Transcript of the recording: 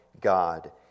God